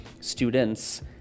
students